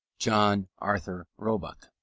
john arthur roebuck.